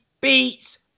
beats